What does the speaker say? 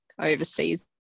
overseas